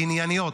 ענייניות.